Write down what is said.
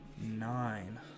nine